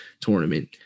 tournament